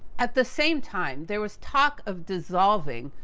at the same time, there was talk of dissolving,